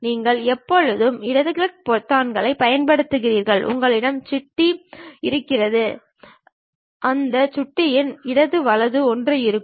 நீங்கள் எப்போதும் இடது சுட்டி பொத்தானைப் பயன்படுத்துகிறீர்கள் உங்களிடம் சுட்டி இருந்தால் அந்த சுட்டியில் வலது இடது ஒன்று இருக்கும்